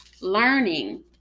learning